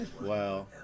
Wow